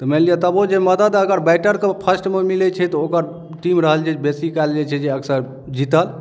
तऽ मानि लिअ तबो जे मदद अगर बैटरके ओ फर्स्टमे मिलै छै तऽ ओकर टीम रहल जे बेसी काल जे छै अक्सर जीतल